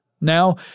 Now